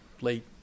late